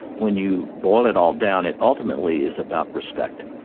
when you boil it all down it ultimately is about respect.